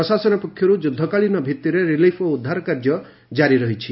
ପ୍ରଶାସନ ପକ୍ଷରୁ ଯୁଦ୍ଧକାଳୀନ ଭିତ୍ତିରେ ରିଲିଫ ଓ ଉଦ୍ଧାର କାର୍ଯ୍ୟ ଜାରି ରହିଛି